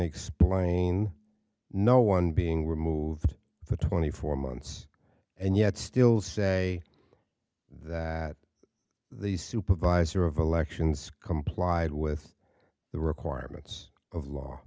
explain no one being removed for twenty four months and yet still say that the supervisor of elections complied with the requirements of law